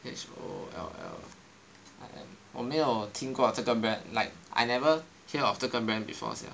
H O L L I N 我没有听过这个 brand like I never hear of 这个 brand before sia